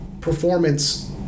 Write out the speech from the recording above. performance